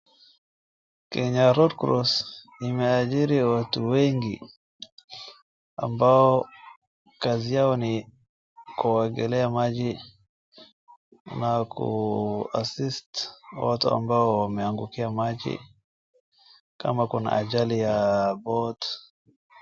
Kenya red cross imeajiri watu wengi ambao kazi yao ni kuogelea maji na kuassist watu ambao wameangukia maji kama kuna ajali ya boat .